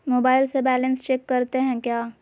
Mobile से balance check करते हैं क्या?